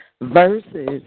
versus